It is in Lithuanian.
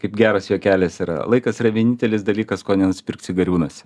kaip geras juokelis yra laikas yra vienintelis dalykas ko nenusipirksi gariūnuose